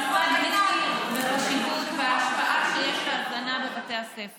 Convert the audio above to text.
מספר התלמידים בכיתות אלה עומד היום על כ-70,000 מתוך